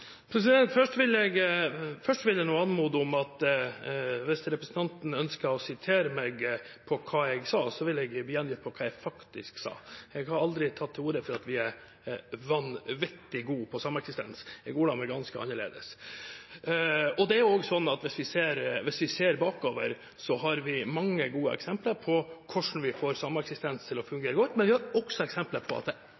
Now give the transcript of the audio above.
Først: Hvis representanten ønsker å sitere meg på hva jeg sa, vil jeg anmode han om at jeg blir gjengitt på hva jeg faktisk sa. Jeg har aldri tatt til orde for at vi er vanvittig gode på sameksistens. Jeg ordla meg ganske annerledes. Det er også sånn at hvis vi ser bakover, har vi mange gode eksempler på hvordan vi får sameksistens til å